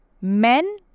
men